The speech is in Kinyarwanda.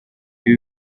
ibi